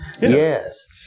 yes